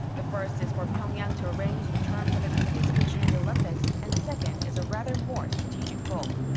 the first is for pyongyang to arrange the terms of its participation in the olympics, and second is a rather more strategic goal.